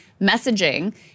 messaging